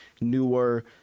newer